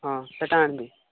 ହଁ ସେଟା ଆଣିବି